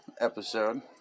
episode